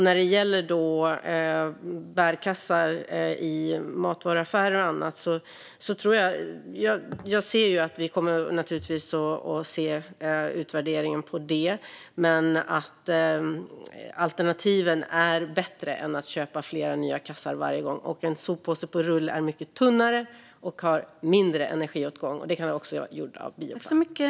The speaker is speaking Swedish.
När det gäller bärkassar i matvaruaffärer och annat kommer vi naturligtvis att få titta på utvärderingen av det. Men alternativen är bättre än att köpa flera nya kassar varje gång. Soppåsar på rulle är mycket tunnare och har mindre energiåtgång, och de kan också vara gjorda av bioplast.